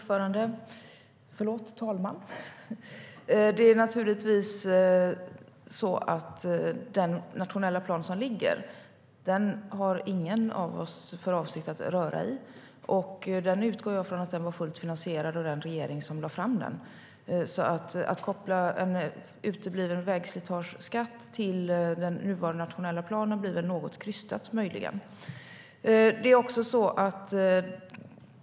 Fru talman! Den nationella plan som ligger har ingen av oss för avsikt att röra. Och jag utgår från att den var fullt finansierad av den regering som lade fram den. Att koppla en utebliven vägslitageskatt till den nuvarande nationella planen blir möjligen något krystat.